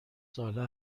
ساله